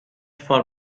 for